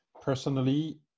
personally